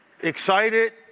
excited